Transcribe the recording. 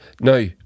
Now